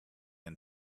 and